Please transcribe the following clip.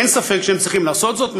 אין ספק שהם צריכים לעשות זאת,